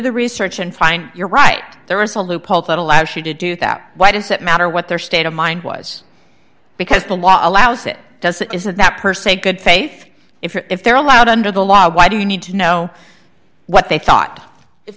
the research and find you're right there is a loophole that allows you to do that why does it matter what their state of mind was because the law allows it doesn't isn't that person a good faith if if they're allowed under the law why do you need to know what they thought if